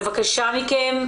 בבקשה מכם,